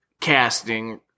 casting